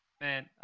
Man